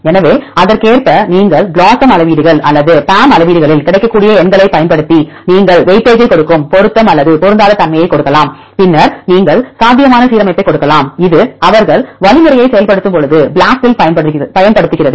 எனவே அதற்கேற்ப நீங்கள் BLOSUM அளவீடுகள் அல்லது PAM அளவீடுகளில் கிடைக்கக்கூடிய எண்களைப் பயன்படுத்தி நீங்கள் வெயிட்டேஜைக் கொடுக்கும் பொருத்தம் அல்லது பொருந்தாத தன்மையைக் கொடுக்கலாம் பின்னர் நீங்கள் சாத்தியமான சீரமைப்பைக் கொடுக்கலாம் இது அவர்கள் வழிமுறையைச் செயல்படுத்தும்போது BLAST இல் பயன்படுத்துகிறது